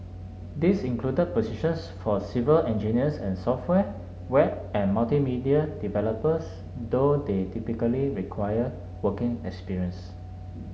these included positions for civil engineers and software web and multimedia developers though they typically required working experience